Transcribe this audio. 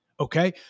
Okay